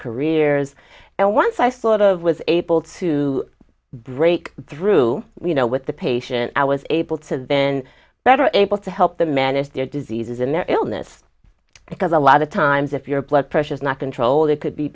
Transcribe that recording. careers and once i sort of was able to break through you know with the patient i was able to then better able to help them manage their diseases and their illness because a lot of times if your blood pressure is not controlled it could be